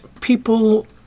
people